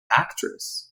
actress